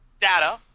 data